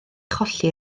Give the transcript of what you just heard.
cholli